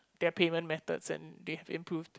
their payment methods and they have improved